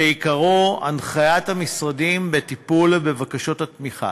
ועיקרו הנחיית המשרדים בטיפול בבקשות התמיכה.